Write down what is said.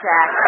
Jack